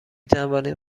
توانید